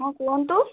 ହଁ କୁହନ୍ତୁ